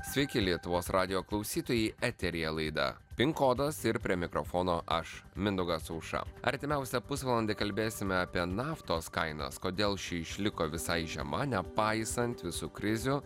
sveiki lietuvos radijo klausytojai eteryje laida pin kodas ir prie mikrofono aš mindaugas aušra artimiausią pusvalandį kalbėsime apie naftos kainas kodėl ši išliko visai žema nepaisant visų krizių